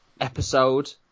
episode